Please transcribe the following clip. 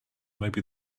maybe